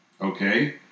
Okay